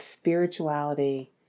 spirituality